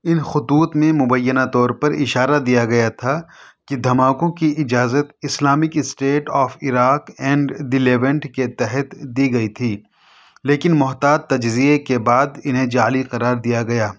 ان خطوط میں مبینہ طور پر اشارہ دیا گیا تھا کہ دھماکوں کی اجازت Islamic State of Iraq and the Levant کے تحت دی گئی تھی لیکن محتاط تجزیے کے بعد انہیں جعلی قرار دیا گیا